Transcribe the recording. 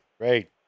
Great